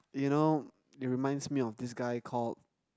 you know it reminds me of this guy called